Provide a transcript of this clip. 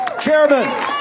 chairman